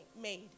made